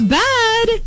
bad